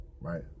Right